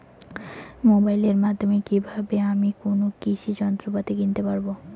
মোবাইলের মাধ্যমে কীভাবে আমি কোনো কৃষি যন্ত্রপাতি কিনতে পারবো?